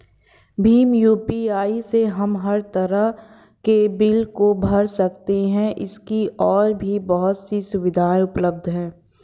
Bhim UPI से हम हर तरह के बिल को भर सकते है, इसकी और भी बहुत सी सुविधाएं उपलब्ध है